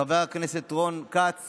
חבר הכנסת רון כץ